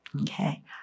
okay